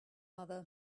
mother